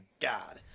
God